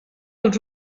els